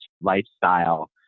lifestyle